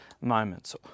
moments